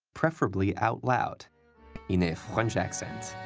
preferably out loud in a french accent.